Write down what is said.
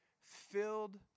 filled